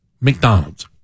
McDonald's